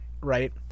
right